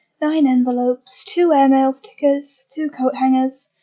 nine envelopes, two air mail stickers, two coat hangers,